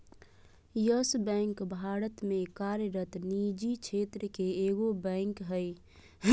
yes bank Bharat में कार्यरत निजी क्षेत्र के एगो बैंक हइ